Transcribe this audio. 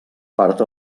part